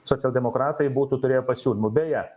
socialdemokratai būtų turėję pasiūlymų beje